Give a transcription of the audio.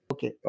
Okay